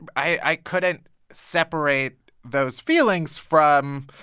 i couldn't separate those feelings from,